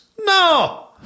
No